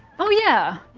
oh yeah!